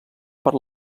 per